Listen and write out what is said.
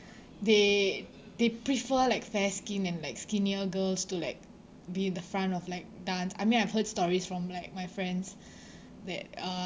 they they prefer like fair skin and like skinnier girls to like be in the front of like dance I mean I've heard stories from like my friends that uh